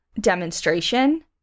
demonstration